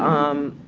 um,